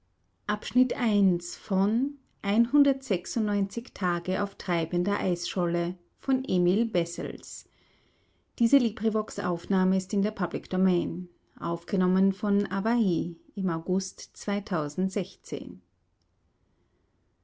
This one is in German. auf der sehr